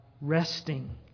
resting